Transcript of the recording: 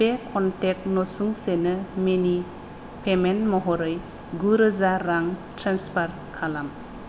बे कनटेक्ट नसुंसेनो मेनि पेमेन्ट महरै गुरोजा रां ट्रेन्सफार खालाम